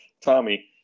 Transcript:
Tommy